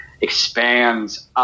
expands